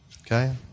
Okay